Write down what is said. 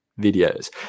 videos